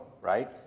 right